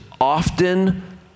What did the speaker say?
often